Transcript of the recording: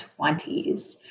20s